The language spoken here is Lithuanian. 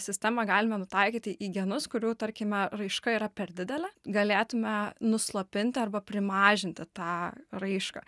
sistemą galime nutaikyti į genus kurių tarkime raiška yra per didelė galėtume nuslopint arba primažinti tą raišką